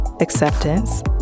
acceptance